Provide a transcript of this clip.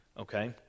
okay